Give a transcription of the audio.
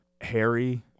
Harry